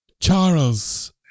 Charles